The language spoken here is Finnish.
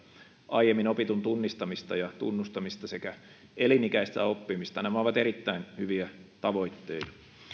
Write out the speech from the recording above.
aiemmin opitun tunnistamista ja tunnustamista sekä elinikäistä oppimista nämä ovat erittäin hyviä tavoitteita